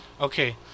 okay